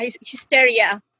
hysteria